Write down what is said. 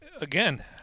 Again